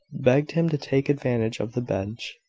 begged him to take advantage of the bench,